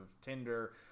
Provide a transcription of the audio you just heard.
Tinder